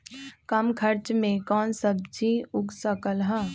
कम खर्च मे कौन सब्जी उग सकल ह?